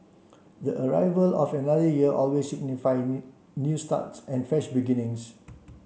the arrival of another year always signifies new starts and fresh beginnings